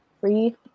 Free